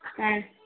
ஆ